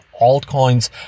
altcoins